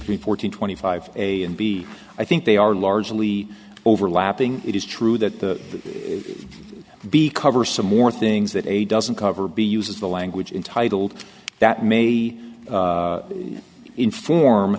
with fourteen twenty five a and b i think they are largely overlapping it is true that to be cover some more things that a doesn't cover b uses the language intitled that may inform